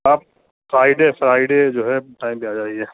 आप Friday Friday जो है टाइम ज्यादा आईए